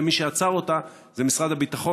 ומי שעצר אותה זה משרד הביטחון.